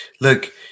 Look